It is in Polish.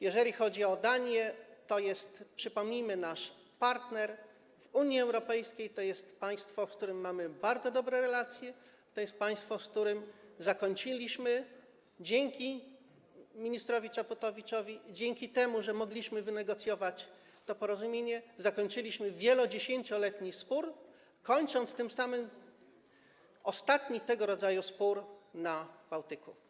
Jeżeli chodzi o Danię, to jest to, przypomnijmy, nasz partner w Unii Europejskiej, to jest państwo, z którym mamy bardzo dobre relacje, to jest państwo, z którym dzięki ministrowi Czaputowiczowi, dzięki temu, że mogliśmy wynegocjować to porozumienie, zakończyliśmy wielodziesięcioletni spór, kończąc tym samym ostatni tego rodzaju spór na Bałtyku.